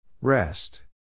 Rest